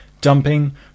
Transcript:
dumping